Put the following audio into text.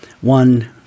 one